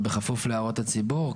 ובכפוף להוראות הציבור.